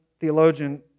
theologian